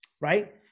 right